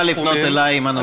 נא לפנות אלי עם הנושא.